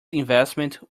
investment